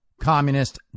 communist